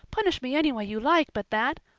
punish me any way you like but that.